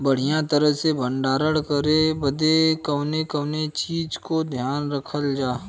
बढ़ियां तरह से भण्डारण करे बदे कवने कवने चीज़ को ध्यान रखल जा?